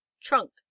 trunk